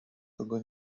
kogo